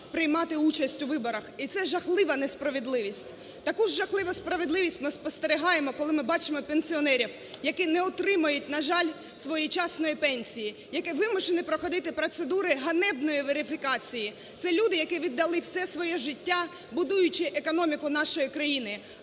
приймати участь у виборах, і це жахлива несправедливість. Таку жахливу несправедливість ми спостерігаємо, коли ми бачимо пенсіонерів, які не отримують, на жаль, своєчасної пенсії, які вимушені проходити процедури ганебної верифікації. Це люди, які віддали все своє життя, будуючи економіку нашої країни,